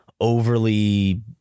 overly